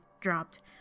dropped